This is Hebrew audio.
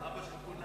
זה אבא של כולנו.